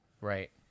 right